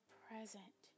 present